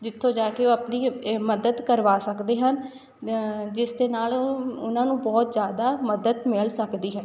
ਜਿੱਥੋਂ ਜਾ ਕੇ ਉਹ ਆਪਣੀ ਮਦਦ ਕਰਵਾ ਸਕਦੇ ਹਨ ਜਿਸ ਦੇ ਨਾਲ ਉਹ ਉਹਨਾਂ ਨੂੰ ਬਹੁਤ ਜ਼ਿਆਦਾ ਮਦਦ ਮਿਲ ਸਕਦੀ ਹੈ